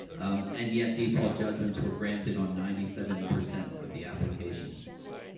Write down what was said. um, and yet, default judgments were granted on ninety seven percent of the applications.